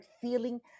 feeling